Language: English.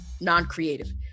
non-creative